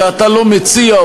שאתה לא מציע,